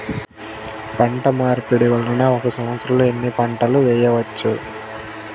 పంటమార్పిడి వలన ఒక్క సంవత్సరంలో ఎన్ని పంటలు వేయవచ్చు?